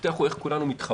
המפתח הוא איך כולנו מתחברים